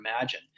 imagine